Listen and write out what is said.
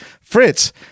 Fritz